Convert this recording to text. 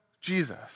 Jesus